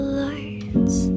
lights